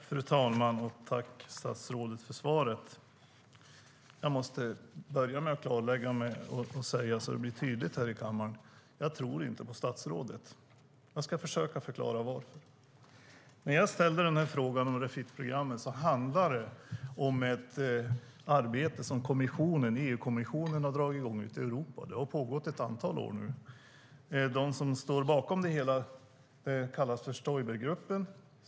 Fru talman! Tack, statsrådet, för svaret! Jag måste börja med att tydligt säga något här i kammaren: Jag tror inte på statsrådet. Jag ska försöka förklara varför. När jag ställde frågan om Refit-programmet handlade det om ett arbete som EU-kommissionen dragit i gång ute i Europa - det har pågått ett antal år. De som står bakom det hela kallas för Stoibergruppen.